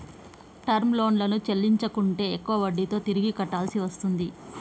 term లోన్లను చెల్లించకుంటే ఎక్కువ వడ్డీతో తిరిగి కట్టాల్సి వస్తుంది